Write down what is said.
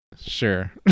Sure